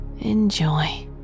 Enjoy